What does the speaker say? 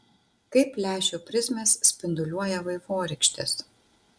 kaip lęšio prizmės spinduliuoja vaivorykštes